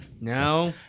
No